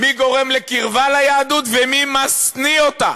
מי גורם לקרבה ליהדות ומי משניא אותה.